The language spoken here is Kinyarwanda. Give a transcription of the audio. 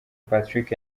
patrick